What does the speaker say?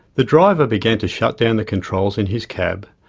the driver began to shut down the controls in his cab,